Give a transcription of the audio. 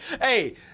Hey